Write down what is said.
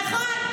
נכון.